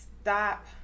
Stop